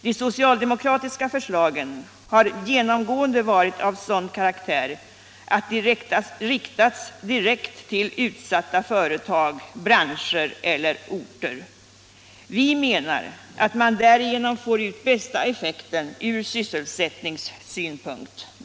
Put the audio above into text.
De socialdemokratiska förslagen har genomgående varit av sådan karaktär att de har riktats direkt till utsatta företag, branscher eller orter. Vi menar att man därigenom får ut bästa effekten från bl.a. sysselsättningssynpunkt.